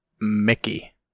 Mickey